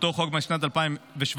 באותו חוק משנת 2017,